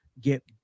get